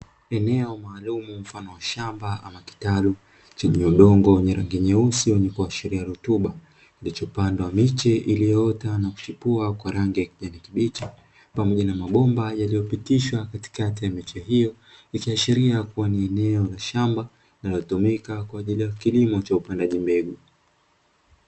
Eneo maalumu mfano wa shamba ama kitalu chenye udongo wenye rangi nyeusi wenye kuashiria rutuba, kilichopandwa miche iliyoota na kuchipua kwa rangi ya kijani kibichi, pamoja na mabomba yaliyopitishwa katikati ya miche hiyo, ikashiria kuwa ni eneo la shamba linalotumika kwa ajili ya kilimo cha upandaji mbegu.